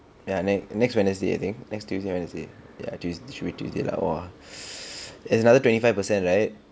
ya next next wednesday I think next tuesday wednesday ya should be tuesday lah !wah! is another twenty five percent right